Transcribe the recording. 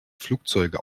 flugzeuge